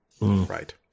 right